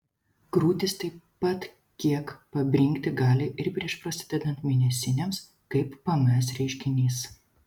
krūtys taip pat kiek pabrinkti gali ir prieš prasidedant mėnesinėms kaip pms reiškinys